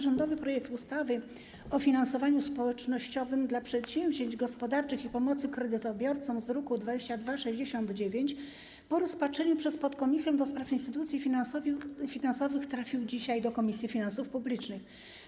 Rządowy projekt ustawy o finansowaniu społecznościowym dla przedsięwzięć gospodarczych i pomocy kredytobiorcom z druku nr 2269 po rozpatrzeniu przez podkomisję do spraw instytucji finansowych trafił dzisiaj do Komisji Finansów Publicznych.